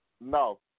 No